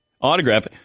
autograph